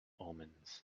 omens